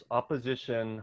opposition